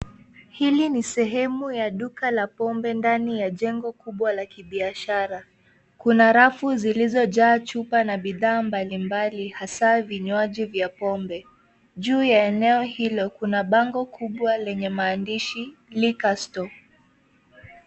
Hii ni sehemu la duka la pombe ndani ya jengo kubwa la kibiashara. Kuna rafu zilizojaa chupa na bidhaa mbalimbali, hasa vinywaji vya pombe. Juu ya eneo hilo kuna bango kubwa lenye maandishi Liquor Store .